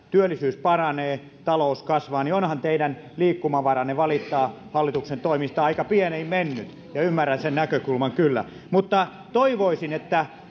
työllisyys paranee talous kasvaa niin onhan teidän liikkumavaranne valittaa hallituksen toimista aika pieniin mennyt ymmärrän sen näkökulman kyllä mutta toivoisin että